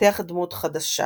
לפתח דמות חדשה.